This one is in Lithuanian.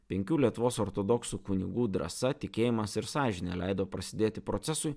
penkių lietuvos ortodoksų kunigų drąsa tikėjimas ir sąžinė leido prasidėti procesui